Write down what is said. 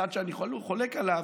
צד שאני חולק עליו,